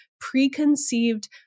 preconceived